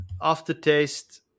aftertaste